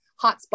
hotspot